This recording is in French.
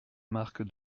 marque